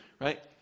right